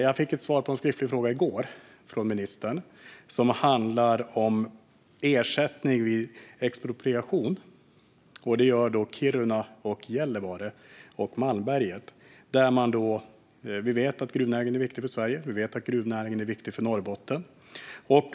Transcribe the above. Jag fick ett svar på en skriftlig fråga från ministern i går. Det handlar om ersättning vid expropriation. Det gäller då Kiruna och Gällivare och Malmberget. Vi vet att gruvnäringen är viktig för Sverige. Vi vet att gruvnäringen är viktig för Norrbotten.